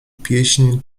pieśń